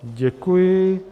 Děkuji.